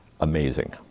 amazing